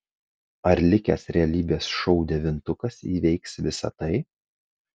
ar likęs realybės šou devintukas įveiks visa tai